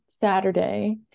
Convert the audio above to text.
Saturday